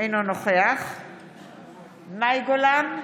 אינו נוכח מאי גולן,